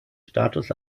status